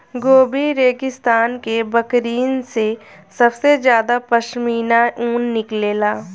Gobi रेगिस्तान के बकरिन से सबसे ज्यादा पश्मीना ऊन निकलेला